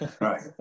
Right